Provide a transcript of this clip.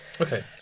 Okay